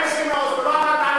מה עם הסכמי אוסלו?